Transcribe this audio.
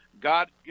God